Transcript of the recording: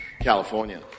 California